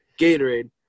Gatorade